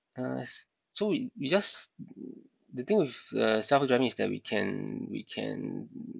uh so we we just the thing with uh self driving is that we can we can